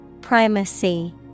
Primacy